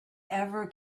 ever